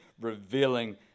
revealing